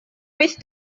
wyth